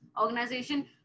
organization